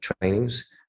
trainings